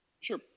Sure